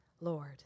Lord